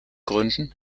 gründen